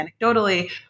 anecdotally